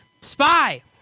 spy